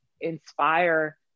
inspire